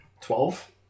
Twelve